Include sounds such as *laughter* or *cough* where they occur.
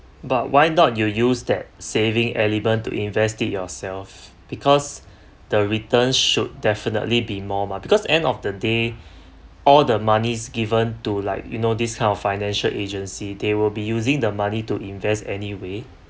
but why not you use that saving element to invest it yourself because *breath* the returns should definitely be more mah because end of the day *breath* all the money given to like you know this kind of financial agency they will be using the money to invest anyway